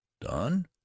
Done